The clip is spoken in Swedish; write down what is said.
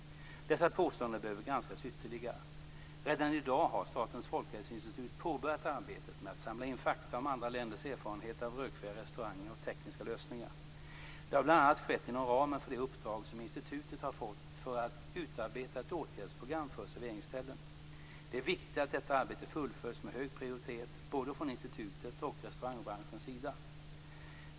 Dessa påståenden behöver granskas ytterligare. Redan i dag har Statens folkhälsoinstitut påbörjat arbetet med att samla in fakta om andra länders erfarenheter av rökfria restauranger och tekniska lösningar. Det har bl.a. skett inom ramen för det uppdrag som institutet har fått för att utarbeta ett åtgärdsprogram för serveringsställen. Det är viktigt att detta arbete fullföljs med hög prioritet både från institutets och från restaurangbranschens sida.